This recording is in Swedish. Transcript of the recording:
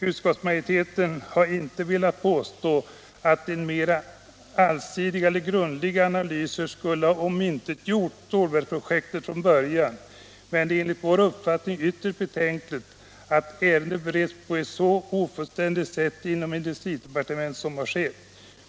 Utskottsmajoriteten har inte velat påstå att mera allsidiga eller grundliga analyser skulle ha omintetgjort stålverksprojektet från början. Men det är enligt vår uppfattning ytterst betänkligt att ärendet beretts på ett så ofullständigt sätt inom industridepartementet.